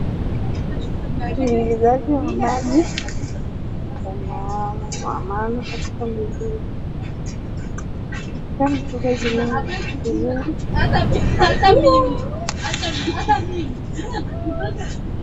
Mto uliojaa na maji kwa maana katika mto huu imeweza kuwa na maji mingi.